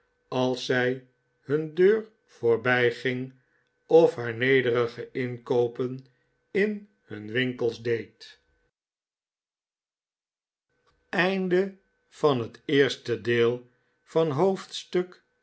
als zij hun deur voorbijging of haar nederige inkoopen in hun winkels deed